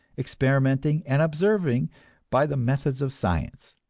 experimenting and observing by the methods of science.